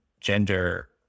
gender